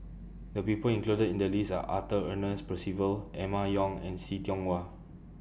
The People included in The list Are Arthur Ernest Percival Emma Yong and See Tiong Wah